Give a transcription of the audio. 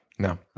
No